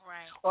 Right